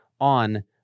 on